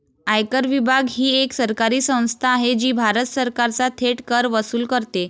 आयकर विभाग ही एक सरकारी संस्था आहे जी भारत सरकारचा थेट कर वसूल करते